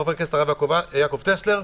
חבר הכנסת הרב יעקב טסלר.